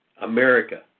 America